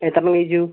എത്രയെണ്ണം കഴിച്ചു